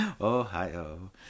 Ohio